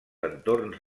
entorns